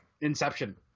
Inception